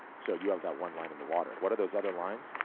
so you have that one line in the water. what are those other lines?